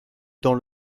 dans